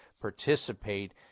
participate